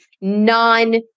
non